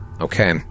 Okay